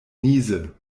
niese